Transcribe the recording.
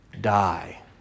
Die